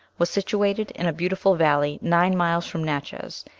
was situated in a beautiful valley nine miles from natchez,